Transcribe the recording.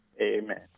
Amen